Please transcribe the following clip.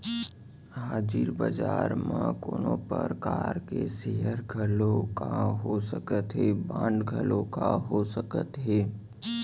हाजिर बजार म कोनो परकार के सेयर घलोक हो सकत हे, बांड घलोक हो सकत हे